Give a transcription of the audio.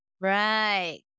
right